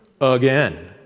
again